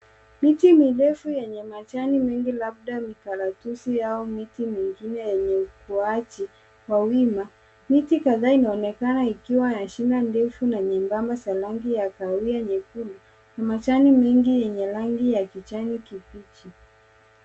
Miti mirefu yenye majani mengi labda mparatusi au miti mengine yenye ukuaji wa wima. Miti kadhaa inaonekana ikiwa na shina ndefu na nyembamba za rangi ya kahawia nyekundu na majani mengi yenye rangi ya kijani kibichi.